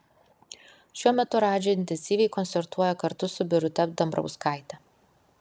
šiuo metu radži intensyviai koncertuoja kartu su birute dambrauskaite